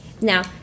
now